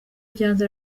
byanze